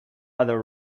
other